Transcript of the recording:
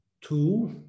two